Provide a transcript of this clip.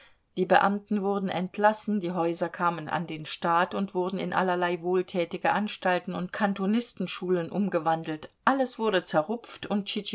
die beamten wurden entlassen die häuser kamen an den staat und wurden in allerlei wohltätige anstalten und kantonistenschulen umgewandelt alles wurde zerrupft und